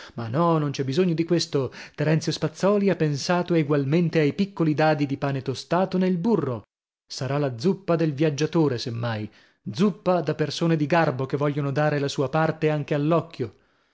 ma no non c'è bisogno di questo terenzio spazzòli ha pensato egualmente ai piccoli dadi di pane tostato nel burro sarà la zuppa del viaggiatore se mai zuppa da persone di garbo che vogliono dare la sua parte anche